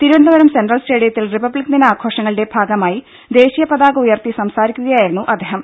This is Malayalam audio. തിരുവനന്തപുരം സെൻട്രൽ സ്റ്റഡിയത്തിൽ റിപ്പബ്ലിക് ദിന ആഘോഷങ്ങളുടെ ഭാഗമായി ദേശീയപതാക ഉയർത്തി സംസാരിക്കുകയായിരുന്നു അദ്ദേഹം